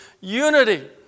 unity